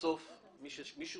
בסוף מישהו